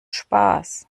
spaß